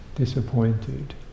disappointed